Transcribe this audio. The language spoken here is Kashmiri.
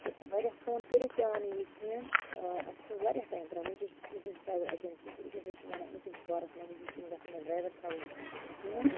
تہٕ وارِیاہ فون کٔرِتھ تہِ آو نہٕ یہِ کِہیٖنۍ اَسہِ حظ ووت وارِیاہ ٹایم پیاران وَنہِ چھِ أسۍ یُس اَسہِ ٹَروٕل ایٚجنسی چھِ أسۍ ہَسا چھِ وَنان أمۍ سٕنٛدِس بارَس منٛز یِتھ یِم گَژھن نہٕ ڈرایور تھاوٕنۍ کِہیٖنٛۍ